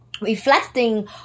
Reflecting